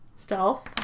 stealth